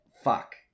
Fuck